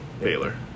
Baylor